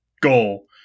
goal